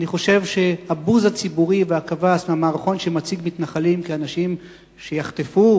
אני חושב שהבוז הציבורי והקבס מהמערכון שמציג מתנחלים כאנשים שיחטפו,